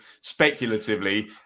speculatively